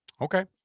Okay